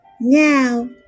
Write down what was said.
Now